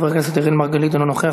חבר הכנסת אראל מרגלית, אינו נוכח.